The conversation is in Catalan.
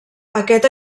aquest